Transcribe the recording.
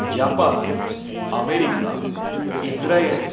Japan America Israel